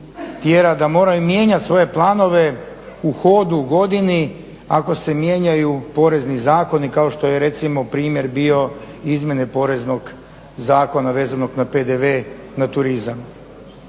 da moraju mijenjati svoje planove u hodu u godini ako se mijenjaju porezni zakoni kao što je recimo primjer bio izmjene poreznog zakona vezanog na PDV na turizam.